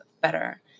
better